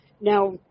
Now